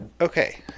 Okay